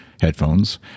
headphones